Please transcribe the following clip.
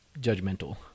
judgmental